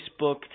Facebook